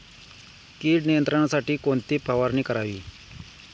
कीड नियंत्रणासाठी कोणती फवारणी करावी?